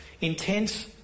intense